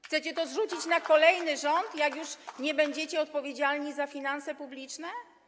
Chcecie to zrzucić na kolejny rząd, jak już nie będziecie odpowiedzialni za finanse publiczne?